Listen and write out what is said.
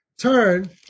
Turn